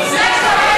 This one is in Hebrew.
אז מה,